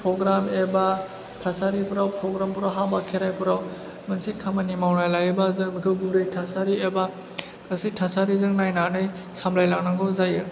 programme एबा थासारिफ्राव programme फोराव हाबा खेराइफोराव मोनसे खामानि मावनाय लायोबा जों बेखौ गुरै थासारि एबा गासै थासारिजों नायनानै सामलायलांनांगौ जायो